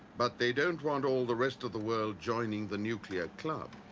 but they don't want all the rest of the world joining the nuclear club.